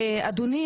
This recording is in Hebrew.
אדוני,